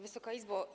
Wysoka Izbo!